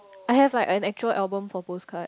I have like an actual album for postcard